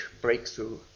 breakthrough